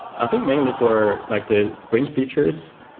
i think mainly for like the sprint features,